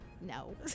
No